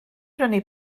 brynu